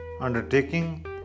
undertaking